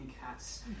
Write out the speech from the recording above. cats